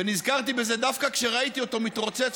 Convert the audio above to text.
ונזכרתי בזה דווקא כשראיתי אותו מתרוצץ